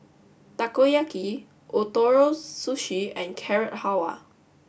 Takoyaki Ootoro Sushi and Carrot Halwa